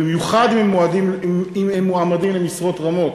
במיוחד אם הם מועמדים למשרות רמות.